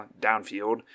downfield